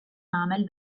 nagħmel